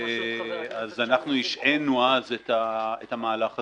אנחנו השעינו אז את המהלך הזה.